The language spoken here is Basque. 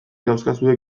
daukazue